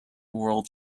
world